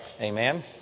Amen